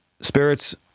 spirits